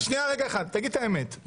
שנייה, רגע אחד, תגיד את האמת.